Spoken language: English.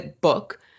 book